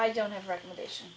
i don't have recommendation